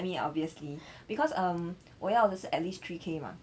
I mean obviously because um 我要的是 at least three K mah